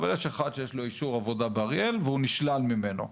אבל יש אחד שיש לו אישור עבודה באריאל והוא נשלל ממנו.